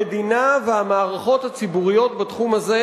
המדינה והמערכות הציבוריות בתחום הזה,